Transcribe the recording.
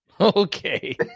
Okay